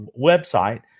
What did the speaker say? website